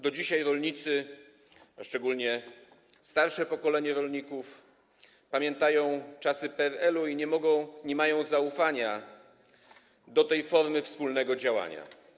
Do dzisiaj rolnicy, a szczególnie starsze pokolenie rolników, pamiętają czasy PRL-u i nie mają zaufania do tej formy wspólnego działania.